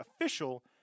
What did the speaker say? official